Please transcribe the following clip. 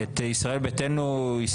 הצבעה בעד, 5 נגד, 8 נמנעים, אין לא אושר.